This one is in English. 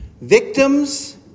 victims